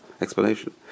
explanation